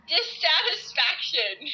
Dissatisfaction